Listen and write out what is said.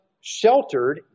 sheltered